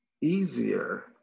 easier